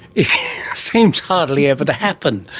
it seems hardly ever to happen.